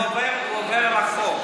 הוא עובר על החוק.